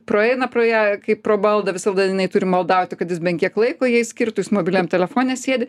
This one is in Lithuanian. praeina pro ją kaip pro baldą visada jinai turi maldauti kad jis bent kiek laiko jai skirtų mobiliajam telefone sėdi